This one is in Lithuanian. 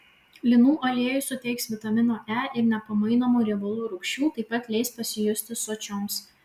linų aliejus suteiks vitamino e ir nepamainomų riebalų rūgščių taip pat leis pasijusti sočioms